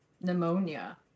Pneumonia